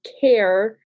care